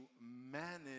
manage